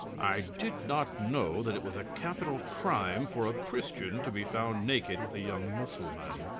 i did not know that it was a capital crime for a christian to be found naked with a young mussulman.